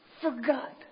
forgot